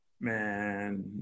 man